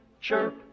chirp